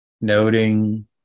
Noting